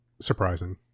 surprising